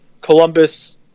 Columbus